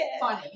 funny